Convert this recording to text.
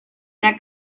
una